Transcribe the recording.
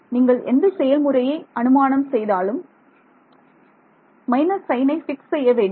நீங்கள் எந்த செயல்முறையை அனுமானம் செய்தாலும் மைனஸ் சைனை பிக்ஸ் செய்ய வேண்டும்